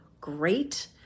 great